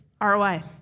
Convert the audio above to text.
ROI